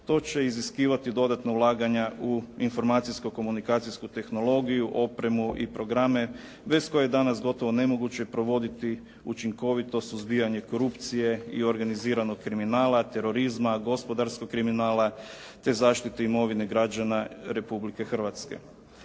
To će iziskivati dodatna ulaganja u informacijsko komunikacijsku tehnologiju, opremu i programe, bez koje je danas gotovo nemoguće provoditi učinkovito suzbijanje korupcije i organiziranog kriminala, terorizma, gospodarskog kriminala, te zaštite imovine građana Republike Hrvatske.